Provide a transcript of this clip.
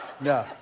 No